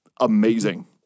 amazing